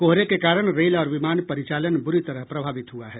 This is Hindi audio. कोहरे के कारण रेल और विमान परिचलन बुरी तरह प्रभावित हुआ है